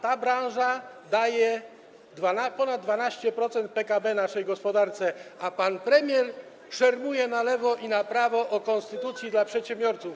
Ta branża daje ponad 12% PKB naszej gospodarce, a pan premier szermuje na lewo i na prawo o konstytucji dla przedsiębiorców.